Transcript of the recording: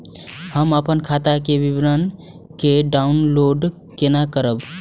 हम अपन खाता के विवरण के डाउनलोड केना करब?